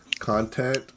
content